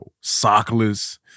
sockless